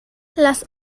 las